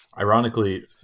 ironically